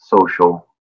social